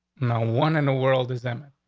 no one in the world is emmett.